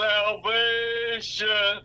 Salvation